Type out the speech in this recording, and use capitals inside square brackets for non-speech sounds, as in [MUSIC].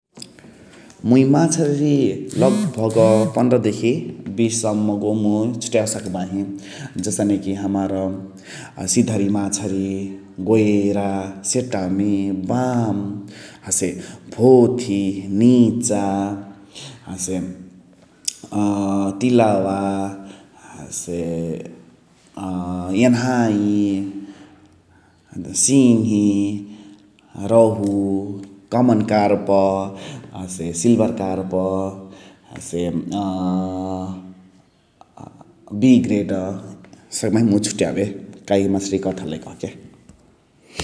मुइ माछरी [NOISE] लगभाग पन्द्र देखी बिस सम्म गो मुइ छुतियावे सकबाही । जसने कि हमार सिधरी माछरि, गोइरा, सेटमि, बाम । हसे भोथि, निचा हसे अ [HESITATION] तिलवा, हसे अ एनहाइ, [HESITATION] सिङहि, रोहु, कमन कर्प हसे सिल्भर कर्प । हसे अ [HESITATION] बिग्रेड सकबाही मुइ छुटियावे काही माछारिया हलाई कहके ।